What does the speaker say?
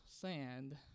sand